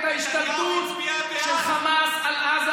שראש הממשלה שלך הצביע.